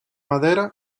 madera